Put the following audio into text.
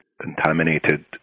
contaminated